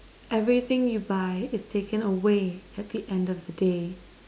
everything you buy is taken away at the end of the day